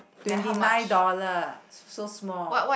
twenty dollar so small